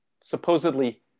supposedly